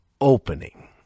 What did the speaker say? opening